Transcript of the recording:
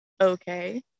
Okay